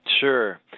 Sure